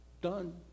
done